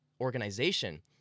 organization